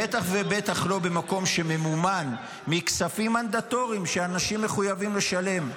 בטח ובטח לא במקום שממומן מכספים מנדטוריים שאנשים מחויבים לשלם.